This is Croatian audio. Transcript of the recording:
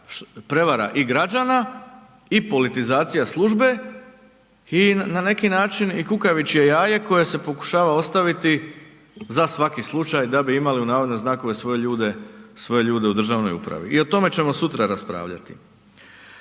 prevara i građana i politizacija službe i na neki način kukavičje jaje koje se pokušava ostaviti za svaki slučaju da bi imali „svoje ljude“ u državnoj upravi. I o tome ćemo sutra raspravljati.